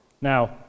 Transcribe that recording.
Now